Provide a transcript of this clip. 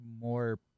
more